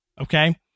Okay